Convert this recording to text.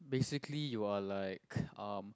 basically you are like um